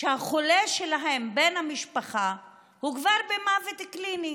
שהחולה שלהם, בן המשפחה, הוא כבר במוות קליני?